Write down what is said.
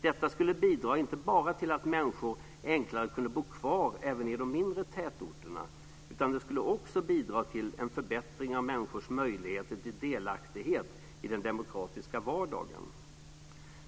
Detta skulle bidra inte bara till att människor enklare skulle kunna bo kvar även i de mindre tätorterna utan också till en förbättring av människors möjligheter till delaktighet i den demokratiska vardagen.